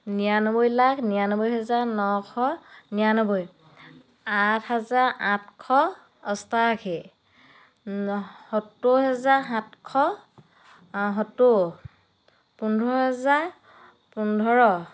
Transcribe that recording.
নিৰানব্বৈ লাখ নিৰানব্বৈ হাজাৰ নশ নিৰানব্বৈ আঠ হাজাৰ আঠশ অষ্টাশী সত্তৰ হাজাৰ সাতশ সত্তৰ পোন্ধৰ হাজাৰ পোন্ধৰ